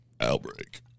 Outbreak